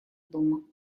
дома